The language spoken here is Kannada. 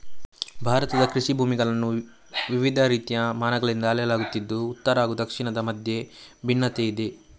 ಭಾರತದ ಕೃಷಿ ಭೂಮಿಗಳನ್ನು ವಿವಿಧ ರೀತಿಯ ಮಾನಗಳಿಂದ ಅಳೆಯಲಾಗುತ್ತಿದ್ದು ಉತ್ತರ ಹಾಗೂ ದಕ್ಷಿಣದ ಮಧ್ಯೆ ಭಿನ್ನತೆಯಿದೆ